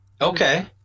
Okay